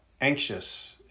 anxious